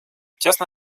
тесно